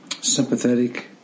sympathetic